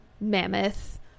mammoth